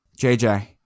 JJ